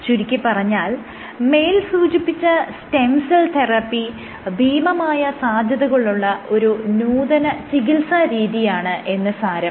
ചുരുക്കിപ്പറഞ്ഞാൽ മേൽ സൂചിപ്പിച്ച സ്റ്റം സെൽ തെറാപ്പി ഭീമമായ സാധ്യതകളുള്ള ഒരു നൂതന ചികിത്സ രീതിയാണ് എന്ന് സാരം